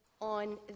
on